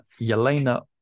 Yelena